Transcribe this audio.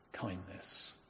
Kindness